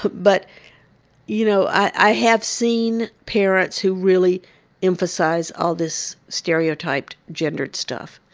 but you know i have seen parents who really emphasize all this stereotyped gendered stuff,